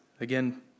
Again